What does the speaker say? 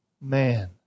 man